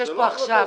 עכשיו,